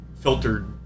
filtered